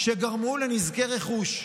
שגרמו לנזקי רכוש.